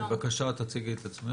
כן, בקשה, תציגי את עצמך.